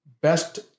best